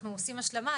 אנחנו עושים השלמה',